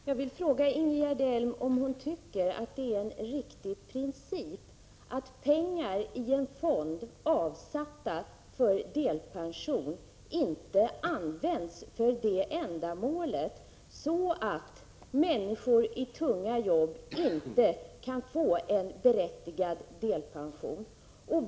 Herr talman! Jag vill fråga Ingegerd Elm om hon tycker att det är en riktig princip att pengar i en fond, avsatta för delpensioner, inte används för det ändamålet, så att människor i tunga jobb inte kan få en berättigad delpension.